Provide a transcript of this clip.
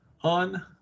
on